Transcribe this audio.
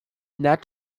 net